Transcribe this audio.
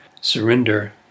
surrender